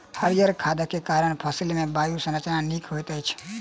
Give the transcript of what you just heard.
हरीयर खादक कारण फसिल मे वायु संचार नीक होइत अछि